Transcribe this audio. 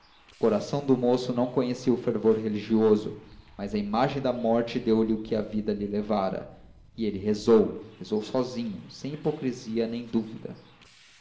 coração do moço não conhecia o fervor religioso mas a imagem da morte deu-lhe o que a vida lhe levara e ele rezou rezou sozinho sem hipocrisia nem dúvida